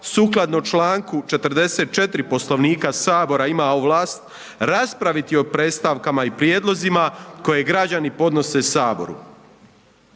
sukladno članku 44. Poslovnika Sabora ima ovlast raspraviti o predstavkama i prijedlozima koje građani podnose Saboru.